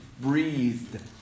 breathed